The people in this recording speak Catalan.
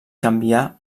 canviar